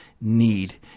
need